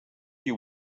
you